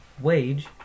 wage